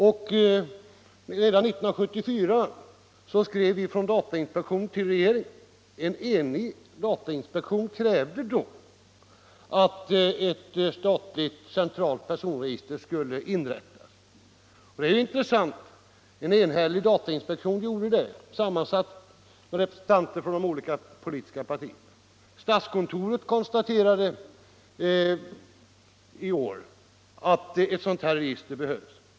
Redan 1974 skrev datainspektionen till regeringen och krävde att ett statligt centralt personregister skulle upprättas. Det är intressant att det var en enig datainspektion som gjorde detta — sammansatt av representanter för de olika politiska partierna. Statskontoret konstaterade i år att ett sådant här register behövs.